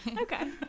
Okay